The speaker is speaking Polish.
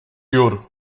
jur